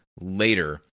later